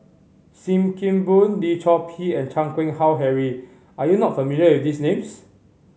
Sim Kee Boon Lim Chor Pee and Chan Keng Howe Harry are you not familiar with these names